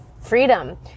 freedom